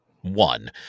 one